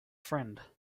friend